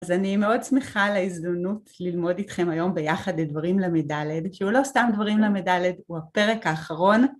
אז אני מאוד שמחה על ההזדמנות ללמוד איתכם היום ביחד טת דברים ל"ד, שהוא לא סתם דברים ל"ד, הוא הפרק האחרון.